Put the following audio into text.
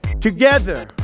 together